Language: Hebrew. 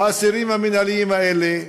האסירים המינהליים האלה,